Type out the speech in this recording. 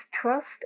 trust